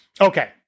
Okay